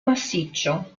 massiccio